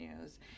news